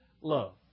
love